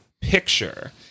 picture